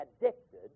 addicted